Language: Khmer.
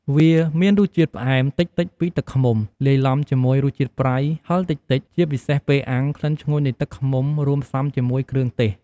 វាមានរសជាតិផ្អែមតិចៗពីទឹកឃ្មុំ លាយឡំជាមួយរសជាតិប្រៃ ហឹរតិចៗ ជាពិសេសពេលអាំង ក្លិនឈ្ងុយនៃទឹកឃ្មុំ រួមផ្សំជាមួយគ្រឿងទេស។